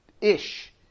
ish